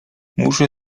muszę